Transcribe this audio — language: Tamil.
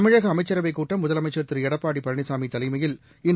தமிழக அமைச்சரவைக் கூட்டம் முதலமைச்சள் திரு எடப்பாடி பழனிசாமி தலைமையில் இன்று